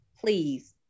please